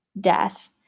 death